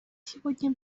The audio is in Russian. сегодня